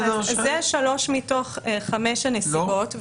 זה שלוש מתוך חמש הנקודות.